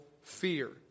fear